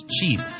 cheap